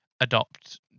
adopt